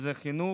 שזה חינוך,